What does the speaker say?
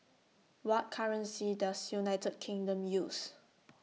What currency Does United Kingdom use